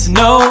no